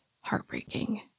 heartbreaking